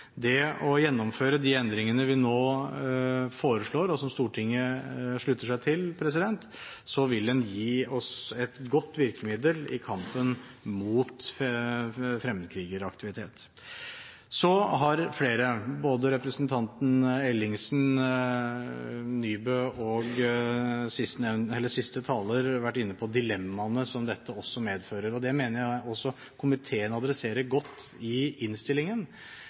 Det å gjennomføre de endringene vi nå foreslår, og som Stortinget slutter seg til, vil gi oss et godt virkemiddel i kampen mot fremmedkrigeraktivitet. Så har flere, både representantene Ellingsen, Nybø og siste taler, vært inne på dilemmaene dette også medfører. Det mener jeg også komiteen adresserer godt i innstillingen.